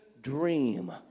dream